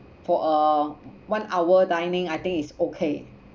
for a one hour dining I think it's okay